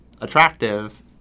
attractive